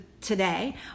today